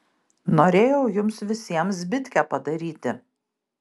norėjau jums visiems zbitkę padaryti